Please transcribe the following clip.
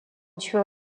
tuant